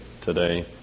today